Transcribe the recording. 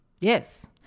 Yes